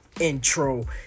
intro